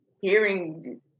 hearing